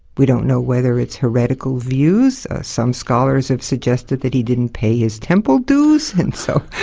we don't know whether it's heretical views some scholars have suggested that he didn't pay his temple dues. and so,